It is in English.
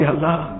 Allah